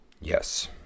yes